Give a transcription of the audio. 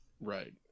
right